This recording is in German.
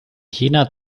jener